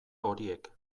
horiek